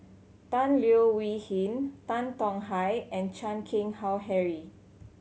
Tan Leo Wee Hin Tan Tong Hye and Chan Keng Howe Harry